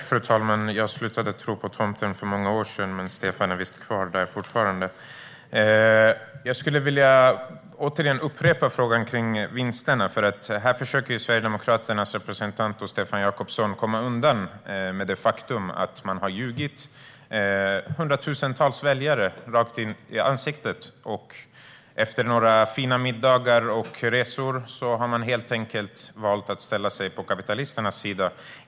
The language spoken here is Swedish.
Fru talman! Jag slutade att tro på tomten för många år sedan, men Stefan är visst fortfarande kvar där. Jag skulle återigen vilja upprepa frågan om vinsterna. Här försöker Sverigedemokraternas representant Stefan Jakobsson komma undan med det faktum att de har ljugit hundratusentals väljare rakt i ansiktet. Efter några fina middagar och resor har de helt enkelt valt att ställa sig på kapitalisternas sida.